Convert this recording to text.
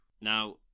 Now